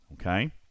okay